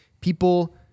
people